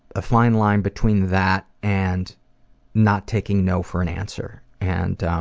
a fine line between that and not taking no for an answer. and